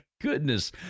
goodness